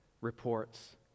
reports